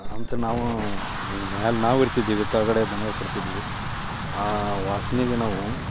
ಅಂತ ನಾವು ಈ ಮೇಲ್ ನಾವು ಇರ್ತಿದ್ದೆವ್ ಕೆಳ್ಗಡೆ ದನವಿಗೆ ಕಟ್ತಿದ್ವಿ ಆ ವಾಸ್ನೆಗೆ ನಾವು